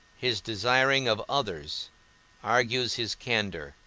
his desiring of others argues his candour,